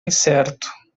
incerto